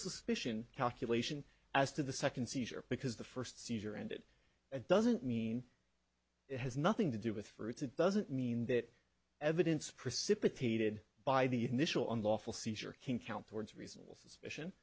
suspicion calculation as to the second seizure because the first seizure and it doesn't mean it has nothing to do with fruits it doesn't mean that evidence precipitated by the initial unlawful seizure can count towards reasonable suspicion